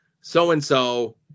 so-and-so